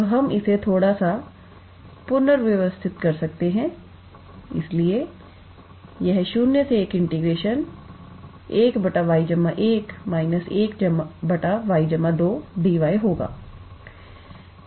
तो हम इसे थोड़ा सा पुनर्व्यवस्थित कर सकते हैं इसलिए यह01 1𝑦1 − 1𝑦2 𝑑𝑦 होगा